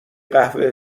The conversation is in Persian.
قهوه